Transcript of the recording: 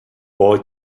boy